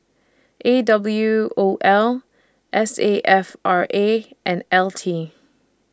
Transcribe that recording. A W O L S A F R A and L T